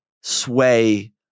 Sway